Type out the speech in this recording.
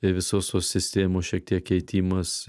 visos tos sistemos šiek tiek keitimas